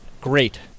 great